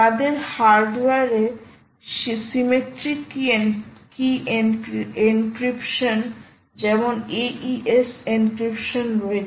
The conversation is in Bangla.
তাদের হার্ডওয়্যারে সিম্মেট্রিক কী এনক্রিপশন যেমন AES এনক্রিপশন রয়েছে